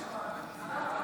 הכנסת)